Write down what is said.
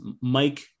Mike